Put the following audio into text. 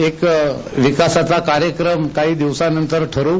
एक विकासाचा कार्यक्रम काही दिवसानंतर ठरवू